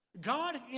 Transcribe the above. God